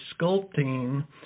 sculpting